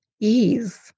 ease